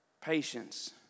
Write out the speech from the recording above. patience